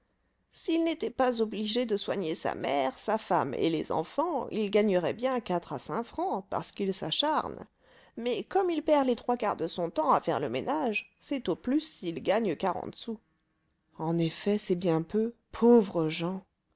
s'il n'était pas obligé de soigner sa mère sa femme et les enfants il gagnerait bien quatre à cinq francs parce qu'il s'acharne mais comme il perd les trois quarts de son temps à faire le ménage c'est au plus s'il gagne quarante sous en effet c'est bien peu pauvres gens